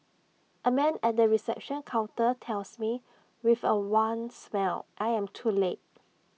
A man at the reception counter tells me with A wan smile I am too late